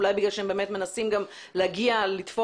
אולי בגלל שהם באמת מנסים גם להגיע לתפוס